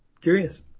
Curious